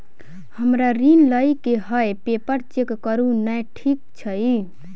हमरा ऋण लई केँ हय पेपर चेक करू नै ठीक छई?